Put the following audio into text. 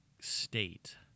state